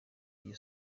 y’iyi